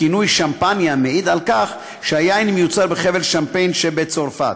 הכינוי "שמפניה" מעיד על כך שהיין מיוצר בחבל שמפאן שבצרפת.